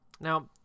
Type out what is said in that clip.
Now